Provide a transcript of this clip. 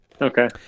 Okay